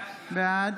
בעד